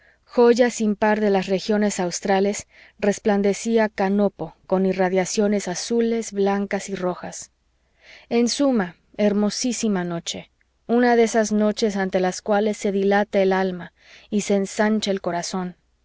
joya sin par de las regiones australes resplandecía canopo con irradiaciones azules blancas y rojas en suma hermosísima noche una de esas noches ante las cuales se dilata el alma y se ensancha el corazón